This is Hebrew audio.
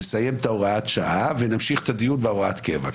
נסיים את הוראת השעה ונמשיך את הדיון בהוראת קבע.